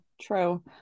true